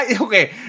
Okay